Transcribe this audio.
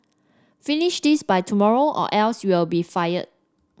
finish this by tomorrow or else you'll be fired